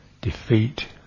defeat